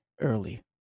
early